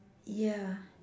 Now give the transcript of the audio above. ya